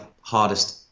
hardest